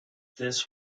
this